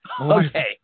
Okay